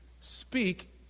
speak